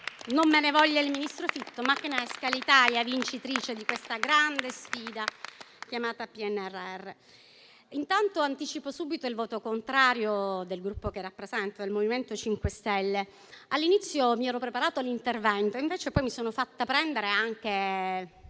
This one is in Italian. Non me ne voglia il ministro Fitto, ma desidero che l'Italia esca vincitrice da questa grande sfida chiamata PNRR. Intanto, anticipo subito il voto contrario del Gruppo che rappresento, il MoVimento 5 Stelle. All'inizio, mi ero preparata un intervento, ma poi mi sono fatta prendere da quello